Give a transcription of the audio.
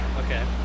Okay